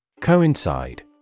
Coincide